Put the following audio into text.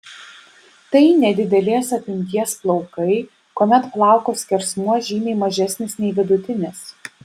tai nedidelės apimties plaukai kuomet plauko skersmuo žymiai mažesnis nei vidutinis